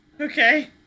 Okay